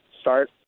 start